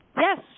Yes